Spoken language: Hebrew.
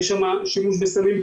יש שם שימוש בסמים,